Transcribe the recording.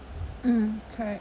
mm correct